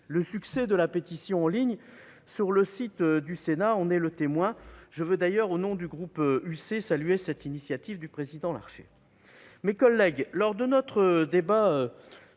Le succès de la pétition en ligne sur le site du Sénat en témoigne. À ce sujet, je veux d'ailleurs, au nom du groupe UC, saluer cette initiative du président Larcher. Mes chers collègues, lors de notre débat